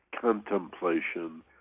contemplation